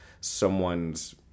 someone's